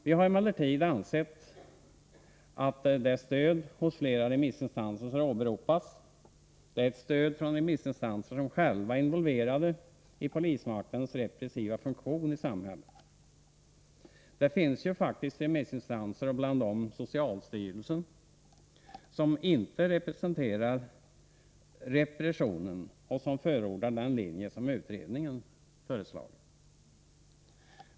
Vi har emellertid ansett att det stöd hos flertalet remissinstanser som åberopas är ett stöd från remissinstanser, som själva är involverade i polismaktens repressiva funktion i samhället. Det finns ju faktiskt remissinstanser, bland dem socialstyrelsen, som inte representerar repressionen och som förordar den linje som utredningen föreslagit.